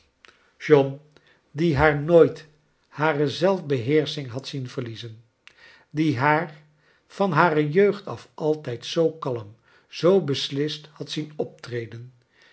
john die haar nooit hare zeifb heersching had zien verliezen die haar van hare jeugd af altijd zoo kalm zoo be s list had zien optreden